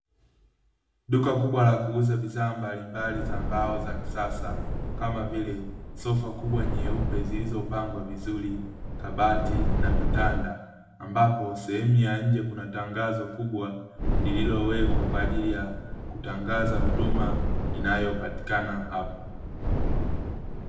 Duka kubwa la kuuza bidhaa mbalimbali za mbao za kisasa kama vile sofa kubwa nyeupe zilizopangwa vizuri, kabati na vitanda, ambapo sehemu ya nje kuna tangazo kubwa lililowekwa, kwa ajili ya kutangaza huduma inayopatikana hapo.